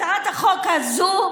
הצעת החוק הזאת,